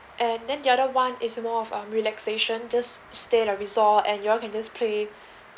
and then the other [one] is more of um relaxation just stay in the resort and you all can just play